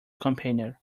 campaigner